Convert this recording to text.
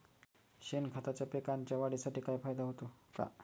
शेणखताचा पिकांच्या वाढीसाठी फायदा होतो का?